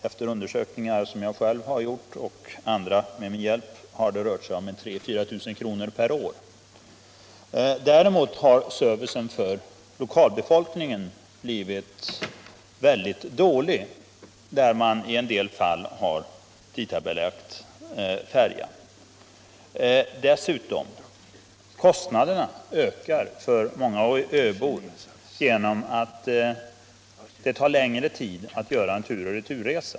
Enligt undersökningar som jag har gjort själv eller med andras hjälp rör det sig om 3 000 å 4 000 kr. per år. Däremot har servicen för lokalbefolkningen i en del fall blivit väldigt dålig när man har tidtabellagt färjtrafiken. Dessutom ökar kostnaderna för många öbor genom att det tar längre tid att göra en tur och retur-resa.